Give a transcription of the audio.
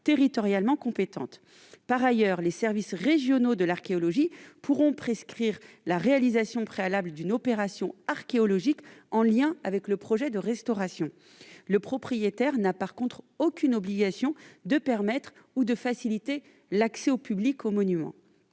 territorialement compétente. Par ailleurs, les services régionaux de l'archéologie pourront prescrire la réalisation préalable d'une opération archéologique en lien avec le projet de restauration. Le propriétaire n'a en revanche aucune obligation de permettre ou de faciliter l'accès du public au monument.